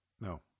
No